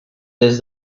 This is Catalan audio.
des